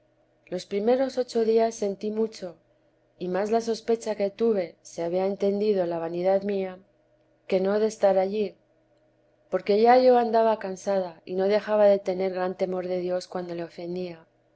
los primeros ocho días sentí mucho y más la sospecha que tuve se había entendido la vanidad mía que no de estar allí porque ya yo andaba cansada y no dejaba de tener gran temor de dios cuando le ofendía